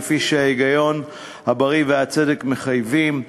כפי שההיגיון הבריא והצדק מחייבים.